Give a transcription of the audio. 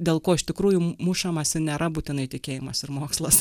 dėl ko iš tikrųjų mušamasi nėra būtinai tikėjimas ir mokslas